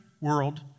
world